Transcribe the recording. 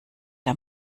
der